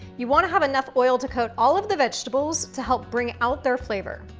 you wanna have enough oil to coat all of the vegetables to help bring out their flavor.